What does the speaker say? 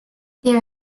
they